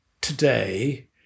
today